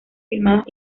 filmadas